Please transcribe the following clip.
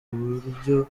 buryo